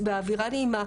באווירה נעימה.